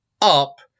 up